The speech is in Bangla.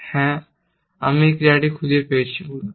হ্যাঁ আমি একটি ক্রিয়া খুঁজে পেয়েছি মূলত